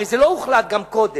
הרי זה לא הוחלט גם קודם,